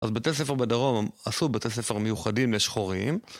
אז בתי ספר בדרום עשו בתי ספר מיוחדים לשחורים